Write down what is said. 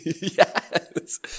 Yes